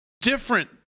different